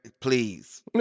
please